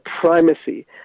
primacy